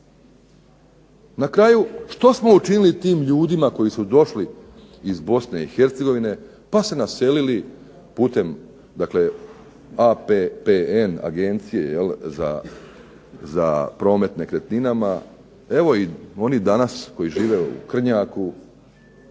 Na kraju što smo učinili tim ljudima koji su došli iz Bosne i Hercegovine, pa se naselili putem, dakle APPN - Agencije jel' za promet nekretninama, evo i oni danas koji žive u Krnjaku